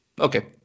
Okay